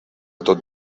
tot